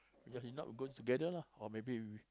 ya he not going together lah